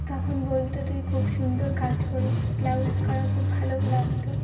তখন বলত তুই খুব সুন্দর কাজ করিস ব্লাউজ করা খুব ভালোও লাগত